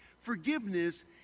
Forgiveness